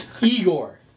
Igor